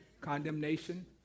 condemnation